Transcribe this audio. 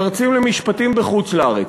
מרצים למשפטים בחוץ-לארץ,